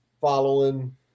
following